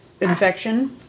infection